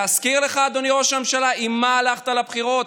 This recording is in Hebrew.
להזכיר לך, אדוני ראש הממשלה, עם מה הלכת לבחירות?